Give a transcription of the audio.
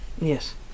Yes